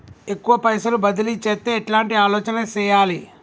ఎక్కువ పైసలు బదిలీ చేత్తే ఎట్లాంటి ఆలోచన సేయాలి?